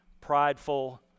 prideful